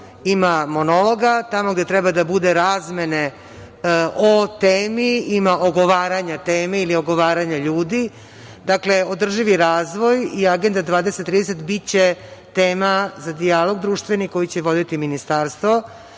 ima monologa, tamo gde treba da bude razmene o temi ima ogovaranja teme ili ogovaranja ljudi. Dakle, održivi razvoj i Agenda 2030. biće tema za dijalog društveni koji će voditi ministarstvo.